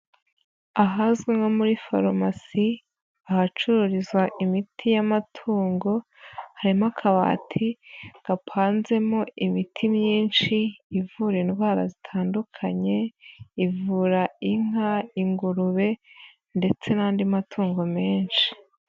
Ahazwi nko muri farumasi. ahacururizwa imiti y'amatungo. Harimo akabati gapanzemo imiti myinshi, ivura indwara zitandukanye, ivura: inka, ingurube ndetse n'andi matungo menshi.